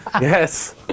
Yes